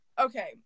Okay